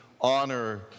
Honor